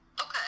Okay